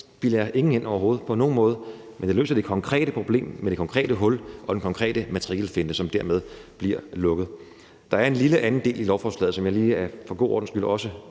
ikke nogen ind på nogen måde – men det løser det konkrete problem med det konkrete hul og den konkrete matrikelfinte, som dermed bliver lukket. Kl. 18:05 Der er en anden lille del af lovforslaget, som jeg lige for god ordens skyld også